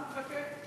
אנחנו נחכה.